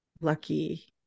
lucky